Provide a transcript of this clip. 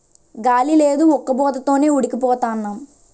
గాలి లేదు ఉక్కబోత తోనే ఉడికి పోతన్నాం